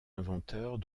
inventeurs